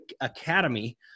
Academy